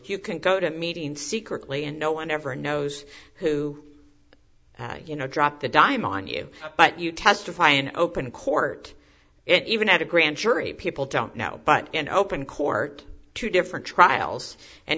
you can go to a meeting secretly and no one ever knows who you know dropped the dime on you but you testify in open court and even at a grand jury people don't now but in open court two different trials and